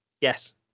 Yes